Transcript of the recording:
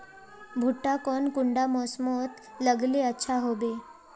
भुट्टा कौन कुंडा मोसमोत लगले अच्छा होबे?